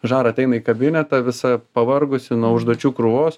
žara ateina į kabinetą visa pavargusi nuo užduočių krūvos